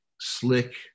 slick